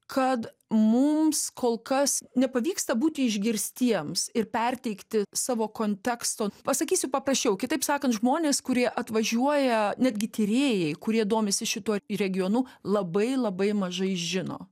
kad mums kol kas nepavyksta būti išgirstiems ir perteikti savo konteksto pasakysiu paprasčiau kitaip sakant žmonės kurie atvažiuoja netgi tyrėjai kurie domisi šituo regionu labai labai mažai žino